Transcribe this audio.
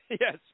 yes